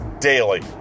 daily